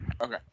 Okay